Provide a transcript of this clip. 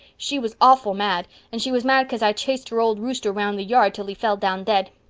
she was offel mad and she was mad cause i chased her old rooster round the yard till he fell down ded.